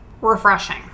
refreshing